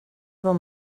bon